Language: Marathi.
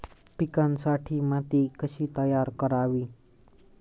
पिकांसाठी माती कशी तयार करावी?